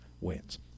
wins